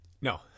No